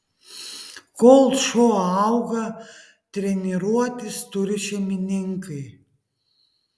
kol šuo auga treniruotis turi šeimininkai